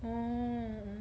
orh